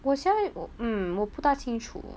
我现在 mm 我不大清楚